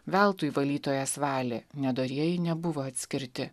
veltui valytojas valė nedorieji nebuvo atskirti